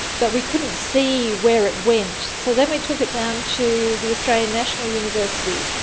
but we couldn't see where it went. so then we took it down to the australian national university,